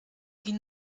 die